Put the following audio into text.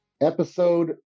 episode